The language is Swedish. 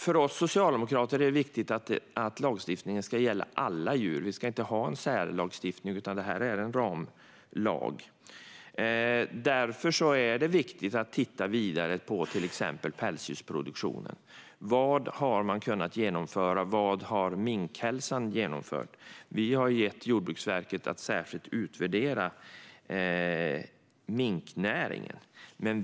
För oss socialdemokrater är det viktigt att lagstiftningen ska gälla alla djur. Vi ska inte ha någon särlagstiftning, utan detta är en ramlag. Därför är det viktigt att titta vidare på till exempel pälsdjursproduktionen. Vad har man kunnat genomföra? Vad har Minkhälsan genomfört? Vi har gett Jordbruksverket i uppdrag att särskilt utvärdera minknäringen.